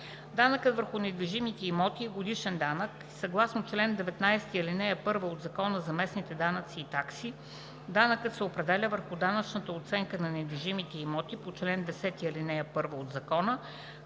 Данъкът върху недвижимите имоти е годишен данък. Съгласно чл. 19, ал. 1 от Закона за местните данъци и такси данъкът се определя върху данъчната оценка на недвижимите имоти по чл. 10, ал. 1 от Закона